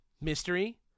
mystery